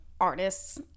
artists